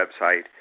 website